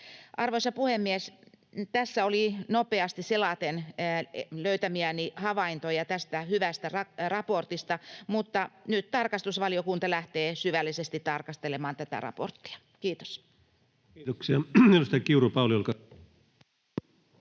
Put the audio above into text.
Arvoisa puhemies! Tässä oli nopeasti selaten löytämiäni havaintoja tästä hyvästä raportista, mutta nyt tarkastusvaliokunta lähtee syvällisesti tarkastelemaan tätä raporttia. — Kiitos. [Speech 185] Speaker: